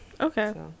okay